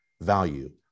value